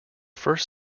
first